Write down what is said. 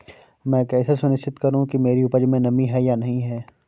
मैं कैसे सुनिश्चित करूँ कि मेरी उपज में नमी है या नहीं है?